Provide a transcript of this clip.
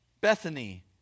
Bethany